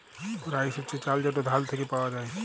rice হছে চাল যেট ধাল থ্যাইকে পাউয়া যায়